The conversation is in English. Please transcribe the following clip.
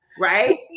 right